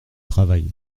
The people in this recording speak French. travail